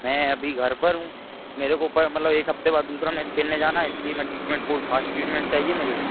मैं अभी घर पर हूँ मेरे को प मतलब एक हफ्ते बाद दूसरा मैच खेलने जाना है इसलिए मैं ट्रीटमेन्ट फूल फास्ट ट्रीटमेन्ट चाहिए मेरे को